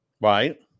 right